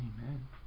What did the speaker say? Amen